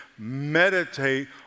Meditate